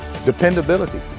Dependability